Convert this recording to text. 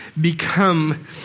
become